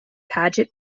paget